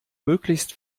möglichst